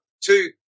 two